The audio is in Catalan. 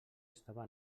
estava